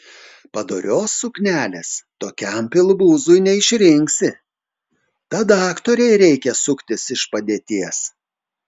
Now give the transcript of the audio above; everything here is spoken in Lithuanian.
padorios suknelės tokiam pilvūzui neišrinksi tad aktorei reikia suktis iš padėties